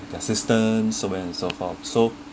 assistant so and so far so